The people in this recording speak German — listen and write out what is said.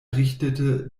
richtete